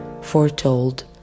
foretold